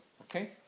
Okay